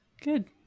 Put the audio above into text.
Good